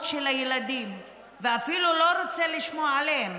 של הילדים ואפילו לא רוצה לשמוע עליהם,